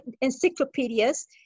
encyclopedias